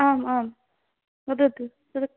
आम् आम् वदतु वद्